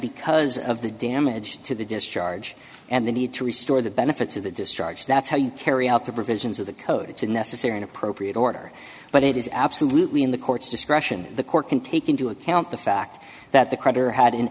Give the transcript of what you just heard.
because of the damage to the discharge and the need to restore the benefits of the discharge that's how you carry out the provisions of the code it's a necessary and appropriate order but it is absolutely in the court's discretion the court can take into account the fact that the creditor had an